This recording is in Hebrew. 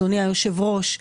אדוני היושב-ראש,